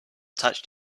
touched